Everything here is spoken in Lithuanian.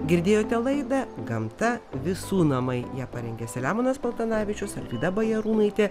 girdėjote laidą gamta visų namai ją parengė selemonas paltanavičius alvyda bajarūnaitė